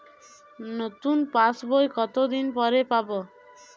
নতুন পাশ বই কত দিন পরে পাবো?